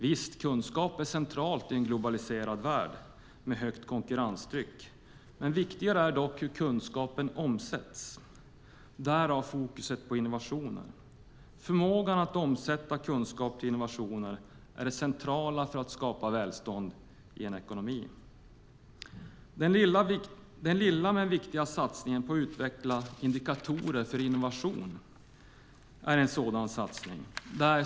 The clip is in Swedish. Visst, kunskap är centralt i en globaliserad värld med högt konkurrenstryck. Men viktigare är hur kunskapen omsätts - därav fokus på innovationer. Förmågan att omsätta kunskap i innovationer är det centrala för att skapa välstånd i en ekonomi. Den lilla men viktiga satsningen på att utveckla indikatorer för innovation är ett exempel.